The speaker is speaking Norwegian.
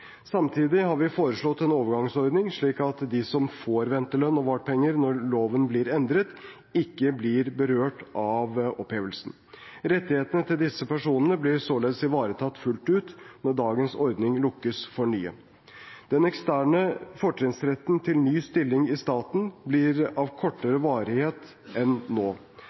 Samtidig har vi foreslått en overgangsordning, slik at de som får ventelønn og vartpenger når lovene blir endret, ikke blir berørt av opphevelsen. Rettighetene til disse personene blir således ivaretatt fullt ut når dagens ordninger «lukkes» for nye. Den «eksterne» fortrinnsretten til ny stilling i staten blir av kortere varighet enn nå.